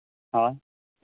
ᱦᱳᱭ